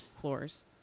Floors